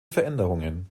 veränderungen